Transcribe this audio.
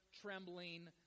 trembling